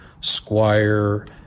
Squire